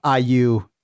IU